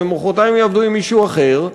ומחרתיים יעבדו עם מישהו אחר,